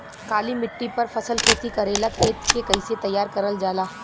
काली मिट्टी पर फसल खेती करेला खेत के कइसे तैयार करल जाला?